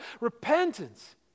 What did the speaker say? Repentance